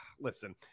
Listen